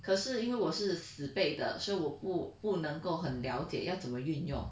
可是因为我是死背的所以我不不能够很了解要怎么运用